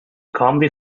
calmly